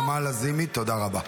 חברת הכנסת נעמה לזימי, תודה רבה.